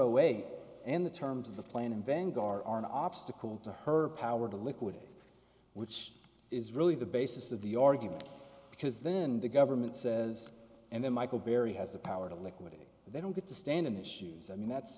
away and the terms of the plan invent ghar are an obstacle to her power to liquidate which is really the basis of the argument because then the government says and then michael berry has the power to liquidate they don't get to stand in his shoes i mean that's